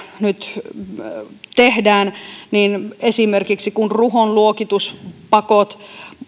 nyt tehdään esimerkiksi kun ruhon luokituspakoissa